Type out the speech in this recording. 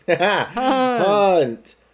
Hunt